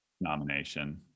nomination